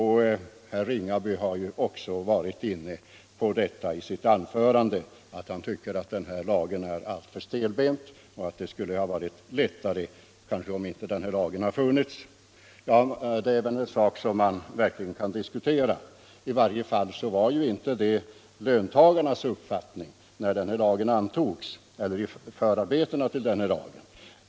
Herr Ringaby har ju också varit inne på detta i sitt anförande — att han tycker att den här lagen är alltför stelbent och att det kanske skulle ha varit lättare om inte denna lag hade funnits. Ja, det är en sak som man verkligen kan diskutera. I varje fall var inte detta löntagarnas uppfattning när lagen antogs eller under förarbetena till lagen.